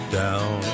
down